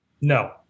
No